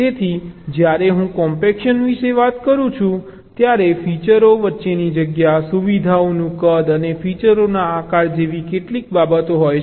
તેથી જ્યારે હું કોમ્પેક્શન વિશે વાત કરું છું ત્યારે ફીચરો વચ્ચેની જગ્યા સુવિધાઓનું કદ અને ફીચરોનો આકાર જેવી કેટલીક બાબતો હોય છે